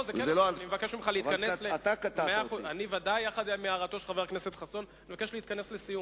ודאי, כי ניצלת את זמנך לדבר בנושא אחר.